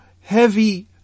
heavy